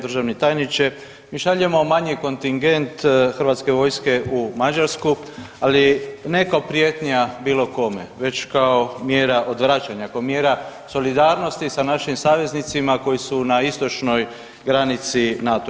Državni tajniče, mi šaljemo manji kontingent hrvatske vojske u Mađarsku, ali ne kao prijetnja bilo kome već kao mjera uzvraćanja, kao mjera solidarnosti sa našim saveznicima koji su na istočnoj granici NATO-a.